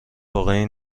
واقعی